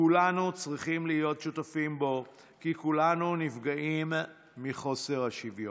כולנו צריכים להיות שותפים בו כי כולנו נפגעים מחוסר השוויון.